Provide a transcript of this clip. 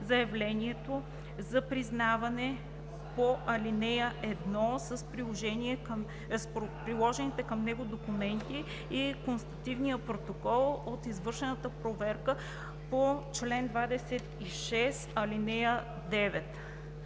за признаване по ал. 1 с приложените към него документи и констативния протокол от извършената проверка по чл. 26, ал. 9.